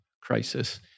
crisis